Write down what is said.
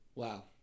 Wow